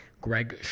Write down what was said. Greg